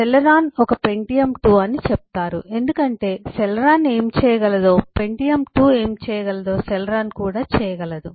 Celeron ఒక Pentium II అని చెప్తారు ఎందుకంటే సెలెరాన్ ఏమి చేయగలదో పెంటియమ్ II ఏమి చేయగలదో సెలెరాన్ కూడా చేయగలదు